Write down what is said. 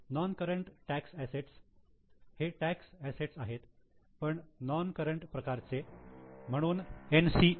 non current tax assets हे tax assets आहेत पण नोन करंट प्रकारचे म्हणून 'NCA'